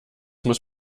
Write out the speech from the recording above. muss